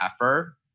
effort